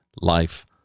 Life